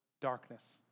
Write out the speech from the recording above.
darkness